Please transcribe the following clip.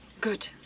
Good